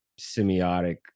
semiotic